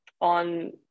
on